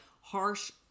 harsh